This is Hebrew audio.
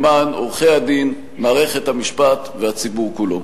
למען עורכי-הדין, מערכת המשפט והציבור כולו.